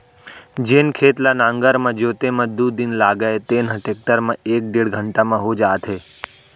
जेन खेत ल नांगर म जोते म दू दिन लागय तेन ह टेक्टर म एक डेढ़ घंटा म हो जात हे